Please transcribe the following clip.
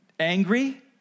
Angry